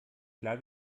klar